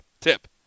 tip